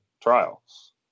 trials